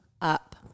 up